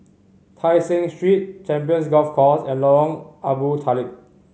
Tai Seng Street Champions Golf Course and Lorong Abu Talib